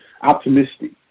optimistic